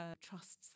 trusts